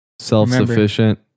Self-sufficient